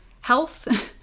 health